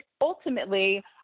ultimately